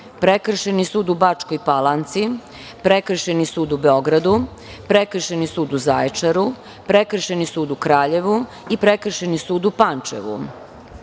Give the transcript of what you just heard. Prekršajni sud u Bačkoj Palanci, Prekršajni sud u Beogradu, Prekršajni sud u Zaječaru, Prekršajni sud u Kraljevu i Prekršajni sud u Pančevu. Na